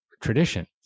tradition